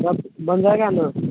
सब बन जाएगा ना